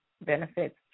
benefits